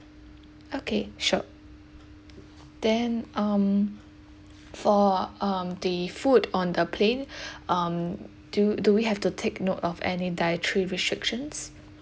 okay sure then um for um the food on the plane um do do we have to take note of any dietary restrictions